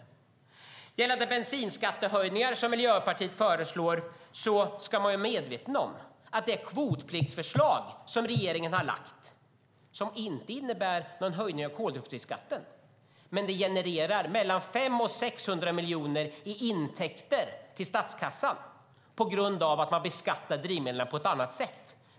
När det gäller de bensinskattehöjningar som Miljöpartiet vill ha ska man vara medveten om att det kvotpliktsförslag som regeringen har lagt fram och som inte innebär någon höjning av koldioxidskatten genererar mellan 500 och 600 miljoner i intäkter till statskassan på grund av att drivmedel beskattas på ett annat sätt.